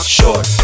Short